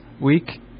week